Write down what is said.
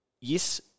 Yes